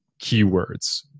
keywords